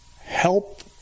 Help